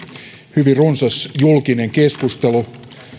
hyvin runsas julkinen keskustelu